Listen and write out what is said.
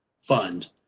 fund